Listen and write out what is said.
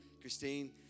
Christine